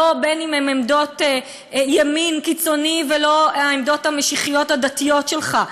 בין אם הן עמדות ימין קיצוני בין אם הן העמדות המשיחיות הדתיות שלך,